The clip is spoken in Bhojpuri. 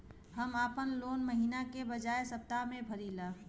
हम आपन लोन महिना के बजाय सप्ताह में भरीला